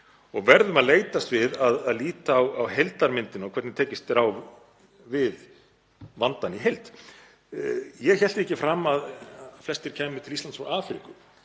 og verðum að leitast við að líta á heildarmyndina og hvernig tekist er á við vandann í heild. Ég hélt því ekki fram að flestir kæmu til Íslands frá Afríku.